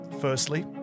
Firstly